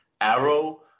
Arrow